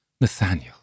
Nathaniel